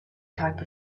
type